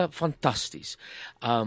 fantastisch